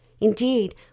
Indeed